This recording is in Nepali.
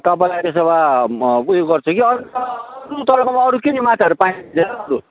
तपाईँलाई त्यसो भए म उयो गर्छु कि अन्त अरू तपाईँकोमा अरू के के माछाहरू पाइन्छ